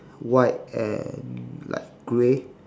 white and light grey